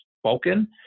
spoken